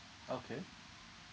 okay